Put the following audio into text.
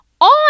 on